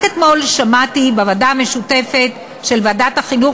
רק אתמול שמעתי בוועדה המשותפת של ועדת החינוך